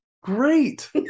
Great